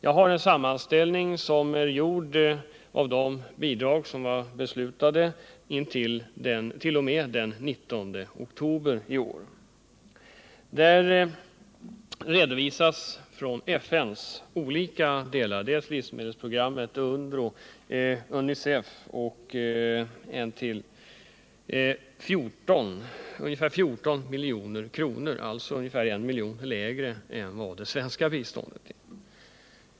Jag har en sammanställning över de bidrag som man fattat beslut om t.o.m. den 19 oktober i år inom FN:s olika organ — FN:s livsmedelsprogram, UNDRO, UNICEF, och ytterligare ett organ. Dessa bidrag uppgår till ungefär 14 milj.kr., alltså ca I miljon lägre än det svenska biståndet.